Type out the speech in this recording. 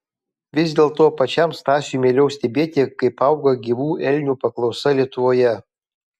vis dėlto pačiam stasiui mieliau stebėti kaip auga gyvų elnių paklausa lietuvoje